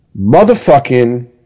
motherfucking